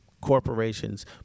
corporations